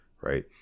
Right